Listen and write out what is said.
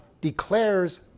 declares